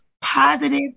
Positive